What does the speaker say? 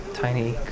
tiny